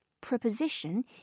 preposition